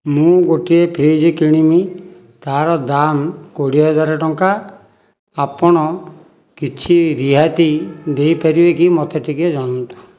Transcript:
ମୁଁ ଗୋଟିଏ ଫ୍ରିଜି କିଣିବି ତାର ଦାମ କୋଡ଼ିଏ ହଜାର ଟଙ୍କା ଆପଣ କିଛି ରିହାତି ଦେଇ ପାରିବେ କି ମୋତେ ଟିକେ ଜଣାନ୍ତୁ